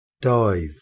Dive